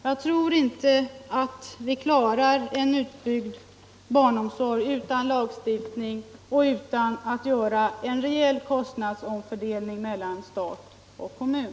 Jag tror inte att vi klarar en utbyggd barnomsorg utan lagstiftning och utan att göra en rejäl kostnadsomfördelning mellan stat och kommun.